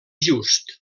just